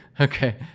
Okay